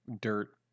dirt